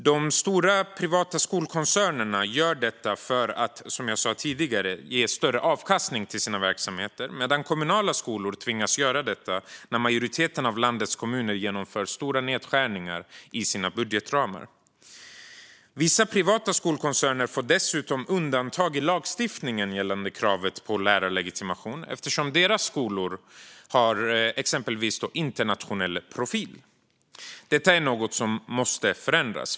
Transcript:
De stora privata skolkoncernerna gör detta för att, som jag sa tidigare, verksamheten ska ge större avkastning, medan kommunala skolor tvingas göra detta när majoriteten av landets kommuner genomför stora nedskärningar i sina budgetramar. Vissa privata skolkoncerner får dessutom undantag i lagstiftningen gällande kravet på lärarlegitimation eftersom deras skolor till exempel har internationell profil. Detta är något som måste förändras.